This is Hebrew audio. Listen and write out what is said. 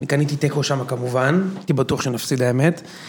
וקניתי תיקו שם כמובן, הייתי בטוח שנפסיד האמת.